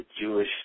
Jewish